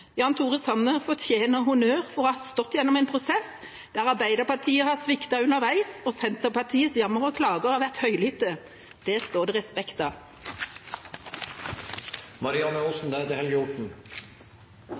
Jan Tore Sanner fortjener honnør for å ha stått i en prosess der Arbeiderpartiet har sviktet underveis og Senterpartiets jammer og klager har vært høylytt. Det står det respekt av.